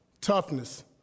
toughness